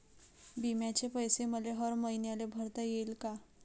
बिम्याचे पैसे मले हर मईन्याले भरता येईन का?